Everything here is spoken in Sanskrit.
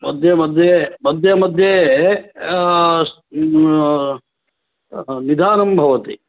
मध्ये मध्ये मध्ये मध्ये निधानं भवति